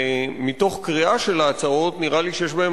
ומתוך קריאה של ההצעות נראה לי שיש בהן